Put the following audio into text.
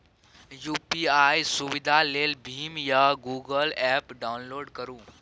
UPI सुविधा लेल भीम या गुगल एप्प डाउनलोड करु